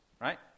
right